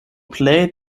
plej